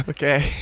Okay